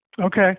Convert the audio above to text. Okay